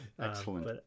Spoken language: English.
Excellent